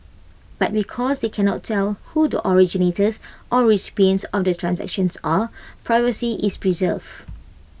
but because they cannot tell who the originators or recipients on the transactions are privacy is preserved